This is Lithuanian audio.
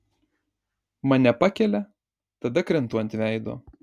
mane pakelia tada krentu ant veido